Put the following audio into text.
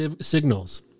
signals